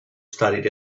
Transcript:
studied